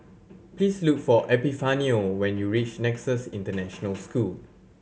please look for Epifanio when you reach Nexus International School